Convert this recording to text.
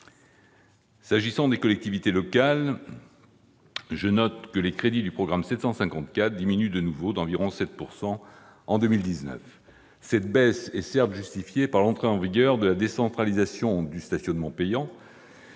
S'agissant des collectivités locales, je note que les crédits du programme 754 diminuent de nouveau d'environ 7 % en 2019. Cette baisse est certes justifiée par l'entrée en vigueur de la décentralisation du stationnement payant.